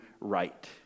right